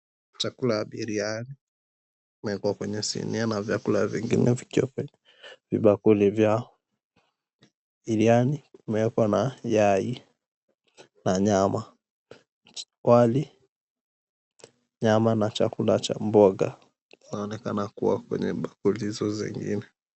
Chakula ya biriani imewekwa kwenye sinia na vyakula vingine vikiwa kwenye vibakuli vyao. Biriani imewekwa na yai na nyama. Wali, nyama na chakula cha mboga vinaonekana ku𝑤a kwenye bakuli hizo zingine.